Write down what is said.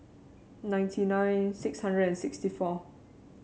ninety nine six hundred and sixty four